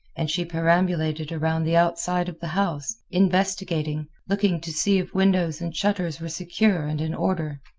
and she perambulated around the outside of the house, investigating, looking to see if windows and shutters were secure and in order.